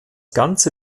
ganze